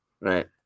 Right